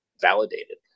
validated